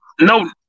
no